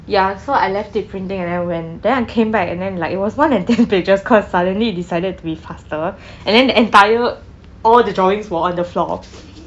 ya so I left it printing and then I went then I came back and then like it was more than ten pages cause suddenly decided to be faster and then the entire all the drawings were on the floor